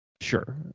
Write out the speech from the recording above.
Sure